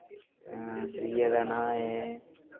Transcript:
आं त्रिए दा नांऽ ऐ